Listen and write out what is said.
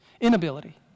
inability